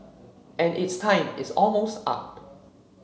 and its time is almost up